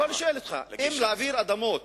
לא, אני שואל אותך, האם להעביר אדמות